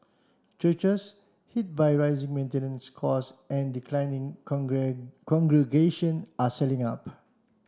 churches hit by rising maintenance costs and declining congregations are selling up